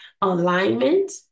Alignment